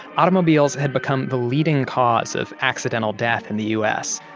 automobiles had become the leading cause of accidental death in the us,